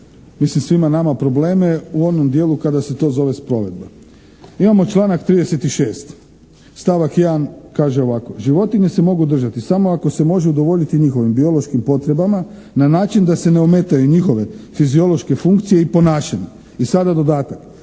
mislim svima nama probleme u onom dijelu kada se to zove sprovedba. Imamo članak 36. stavak 1. kaže ovako: "Životinje se mogu držati samo ako se može udovoljiti njihovim biološkim potrebama na način da se ne ometaju njihove fiziološke funkcije i ponašanje." I sada dodatak: